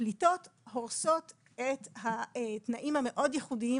הפליטות הורסות את התנאים המאוד ייחודיים